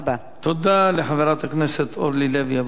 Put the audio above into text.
תודה לחברת הכנסת אורלי לוי אבקסיס.